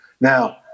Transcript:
Now